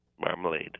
Marmalade